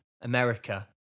america